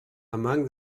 among